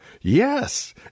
Yes